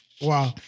Wow